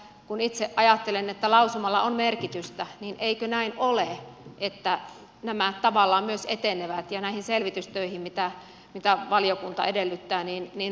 kun itse ajattelen että lausumalla on merkitystä niin eikö näin ole että nämä tavallaan myös etenevät ja näihin selvitystöihin mitä valiokunta edellyttää ryhdytään